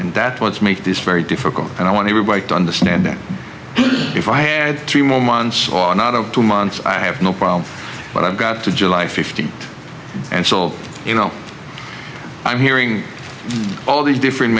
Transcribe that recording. deadline that was make this very difficult and i want everybody to understand that if i had three more months or not over two months i have no qualms but i've got to july fifteenth and so you know i'm hearing all these different